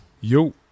yo